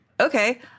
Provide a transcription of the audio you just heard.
Okay